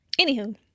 Anywho